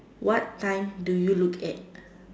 what time do you look at